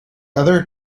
other